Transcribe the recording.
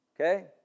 okay